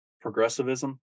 progressivism